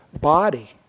body